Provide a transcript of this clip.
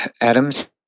Adams